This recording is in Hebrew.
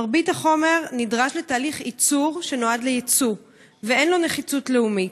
מרבית החומר נדרש לתהליך ייצור שנועד לייצוא ואין לו נחיצות לאומית.